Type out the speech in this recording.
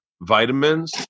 vitamins